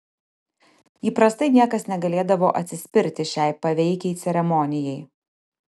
įprastai niekas negalėdavo atsispirti šiai paveikiai ceremonijai